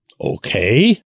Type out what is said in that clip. okay